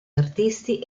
artisti